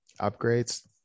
upgrades